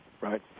Right